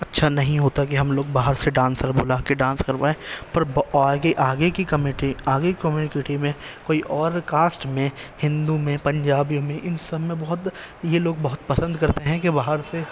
اچھا نہیں ہوتا کہ ہم لوگ باہر سے ڈانسر بلا کے ڈانس کروائیں پر آگے آگے کی آگے کی کمیونٹی میں کوئی اور کاسٹ میں ہندو میں پنجابی میں ان سب میں بہت یہ لوگ بہت پسند کرتے ہیں کہ باہر سے